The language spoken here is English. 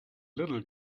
little